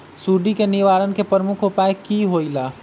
सुडी के निवारण के प्रमुख उपाय कि होइला?